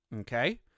Okay